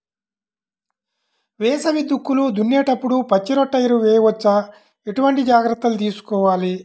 వేసవి దుక్కులు దున్నేప్పుడు పచ్చిరొట్ట ఎరువు వేయవచ్చా? ఎటువంటి జాగ్రత్తలు తీసుకోవాలి?